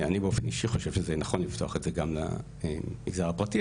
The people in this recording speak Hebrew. אני באופן אישי חושב שזה נכון לפתוח את זה גם למגזר הפרטי,